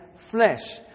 flesh